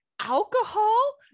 alcohol